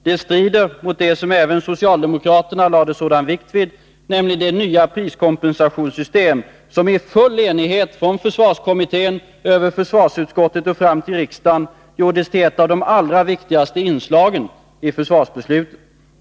Det strider mot det som även socialdemokraterna lade sådan vikt vid, nämligen det nya priskompensationssystem som i full enighet från försvarskommittén över försvarsutskottet och fram till riksdagen gjordes till ett av de allra viktigaste inslagen i försvarsbeslutet.